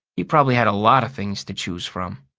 he probably had a lot of things to choose from.